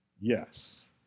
yes